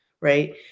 right